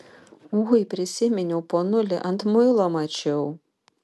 ui prisiminiau ponulį ant muilo mačiau